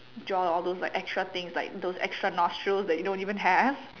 draw all those like extra thing like those extra nostrils that you don't even have